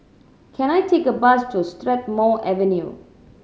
can I take a bus to Strathmore Avenue